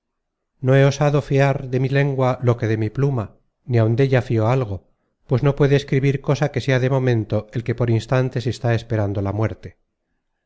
he osado fiar de mi lengua lo que de mi pluma ni áun della fio algo pues no puede escribir cosa que sea de momento el que por instantes está esperando la muerte